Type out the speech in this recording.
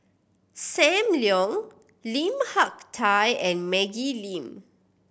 Sam Leong Lim Hak Tai and Maggie Lim